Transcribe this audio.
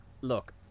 Look